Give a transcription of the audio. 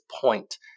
point